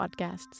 podcasts